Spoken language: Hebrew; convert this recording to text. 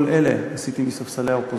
את כל אלה עשיתי מספסלי האופוזיציה.